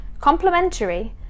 Complementary